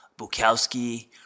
Bukowski